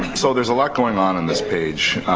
so, there's a lot going on in this page.